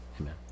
Amen